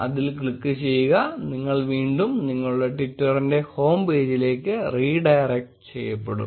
അതിൽ ക്ലിക്ക് ചെയ്യുക നിങ്ങൾ വീണ്ടും നിങ്ങളുടെ ട്വിറ്ററിന്റെ ഹോം പേജിലേക്ക് റീഡയറക്ട് ചെയ്യപ്പെടും